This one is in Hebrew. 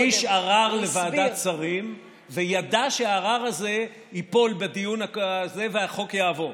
הוא הגיש ערר לוועדת השרים וידע שהערר הזה ייפול בדיון והחוק יעבור.